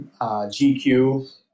GQ